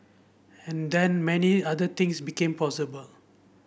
and then many other things became possible